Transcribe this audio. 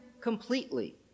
completely